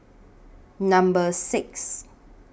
Number six